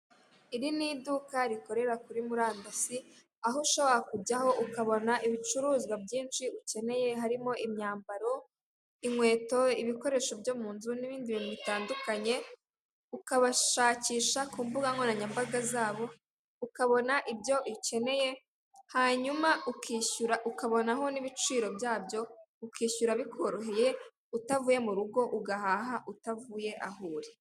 Iri ni iduka rikorera kuri murandasi, aho ushobora kujyaho ukabona ibicuruzwa byinshi ukeneye, harimo imyambaro, inkweto, ibikoresho byo mu nzu n'ibindi bintu bitandukanye, ukabashakisha ku mbuga nkoranyambaga zabo, ukabona ibyo ukeneye hanyuma ukishyura, ukabonaho n'ibiciro byabo, ukishyura bikoroheye, utavuye mu rugo, ugahaha utavuye aho uri.